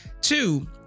two